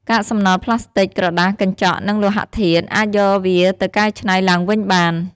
កាកសំណល់ប្លាស្ទិក ក្រដាស កញ្ចក់ និងលោហៈធាតុ អាចយកវាទៅកែច្នៃឡើងវិញបាន។